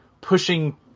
pushing